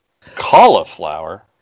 Cauliflower